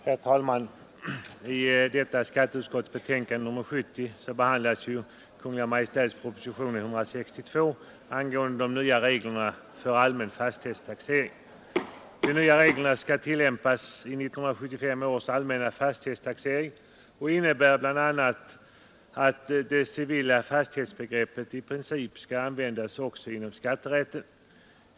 Herr talman! I skatteutskottets betänkande nr 70 behandlas Kungl. Maj:ts proposition nr 162 angående nya regler för allmän fastighetstaxering. De nya reglerna skall tillämpas i 1975 års allmänna fastighetstaxering och innebär bl.a. att det civila fastighetsbegreppet i princip skall användas också inom skatterätten.